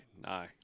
no